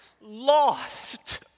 lost